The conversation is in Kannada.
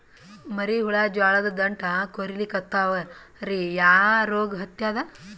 ಮರಿ ಹುಳ ಜೋಳದ ದಂಟ ಕೊರಿಲಿಕತ್ತಾವ ರೀ ಯಾ ರೋಗ ಹತ್ಯಾದ?